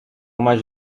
much